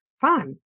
fun